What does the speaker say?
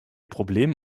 problem